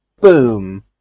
Boom